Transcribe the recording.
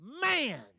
man